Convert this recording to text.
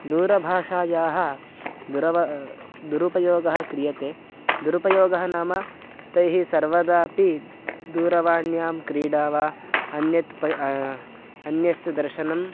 दूरभाषायाः दुरव दुरुपयोगः क्रियते दुरुपयोगः नाम तैः सर्वदापि दूरवाण्यां क्रीडा वा अन्यत् अन्यस्य दर्शनम्